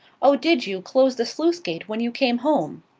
oh, did you, close the sluice-gate when you came home?